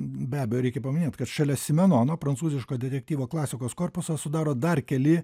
be abejo reikia paminėt kad šalia simenono prancūziško detektyvo klasikos korpusą sudaro dar keli